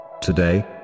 Today